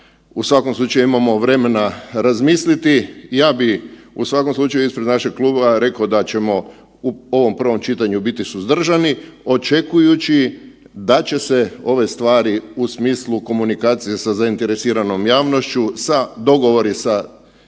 u svakom slučaju imamo vremena razmisliti. Ja bi u svakom slučaju ispred našeg kluba rekao da ćemo u ovom prvom čitanju biti suzdržani očekujući da će se ove stvari u smislu komunikacije sa zainteresiranom javnošću sa, dogovor je